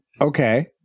okay